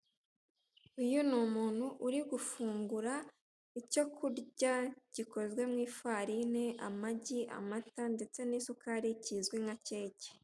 Uyu ni umuntu uri gufungura icyo kurya gikozwe mu ifarini, amagi, amata ndetse n'isukari kizwi nka keke.